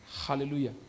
Hallelujah